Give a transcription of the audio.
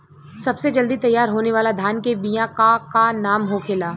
सबसे जल्दी तैयार होने वाला धान के बिया का का नाम होखेला?